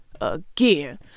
again